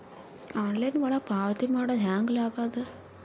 Online ಒಳಗ ಪಾವತಿ ಮಾಡುದು ಹ್ಯಾಂಗ ಲಾಭ ಆದ?